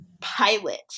pilot